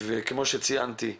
כפי שציינתי,